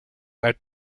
out